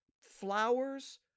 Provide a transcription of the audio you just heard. Flowers